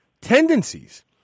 tendencies